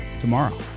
tomorrow